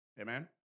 Amen